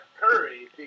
Curry